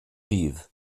ddydd